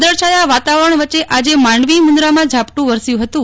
વાદળછાયા વાતાવરણ વચ્ચ આજે માંડવી મુન્દામા ઝાપટ વરસ્યું હતું